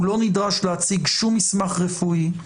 הוא לא נדרש להציג שום מסמך רפואי,